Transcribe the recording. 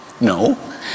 No